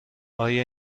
آیا